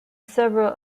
several